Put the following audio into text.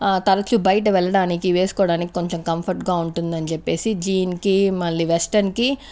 ఆ తరచూ బయటకి వెళ్లడానికి వేసుకోవడానికి కొంచెం కంఫర్ట్గా ఉంటుందని చెప్పేసి జీన్కి మళ్ళీ వెస్ట్రన్కి